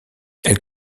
elle